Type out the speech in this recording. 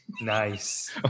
Nice